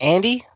Andy